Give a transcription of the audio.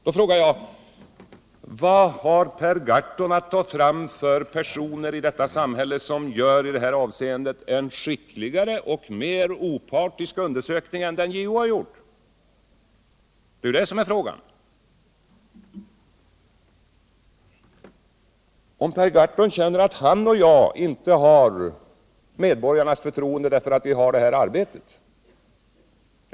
Och får jag då fråga: Vad har Per Gahrton för möjligheter att ta fram personer i vårt samhälle som i detta avseende gör en skickligare och mer opartisk undersökning än den som JO har gjort? Det är det som är frågan. Tydligen känner Per Gahrton att han och jag inte har medborgarnas förtroende därför att vi har det arbete vi har.